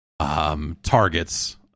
targets